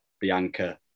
Bianca